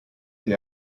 they